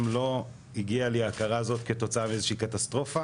לא הגיעה לי ההכרה הזאת כתוצאה מאיזושהי קטסטרופה